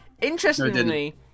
Interestingly